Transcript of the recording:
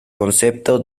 concepto